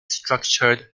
structured